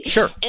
Sure